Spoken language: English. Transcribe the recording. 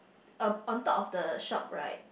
uh on top of the shop right